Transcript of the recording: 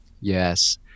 Yes